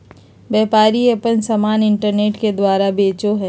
व्यापारी आपन समान इन्टरनेट के द्वारा बेचो हइ